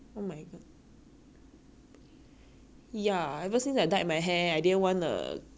ya ever since I dyed my hair I didn't want err the chlorine to like make the hair color come out